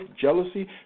jealousy